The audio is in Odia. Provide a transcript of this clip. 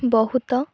ବହୁତ